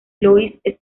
lois